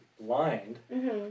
blind